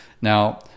Now